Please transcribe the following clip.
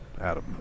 Adam